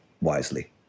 wisely